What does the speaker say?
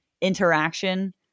interaction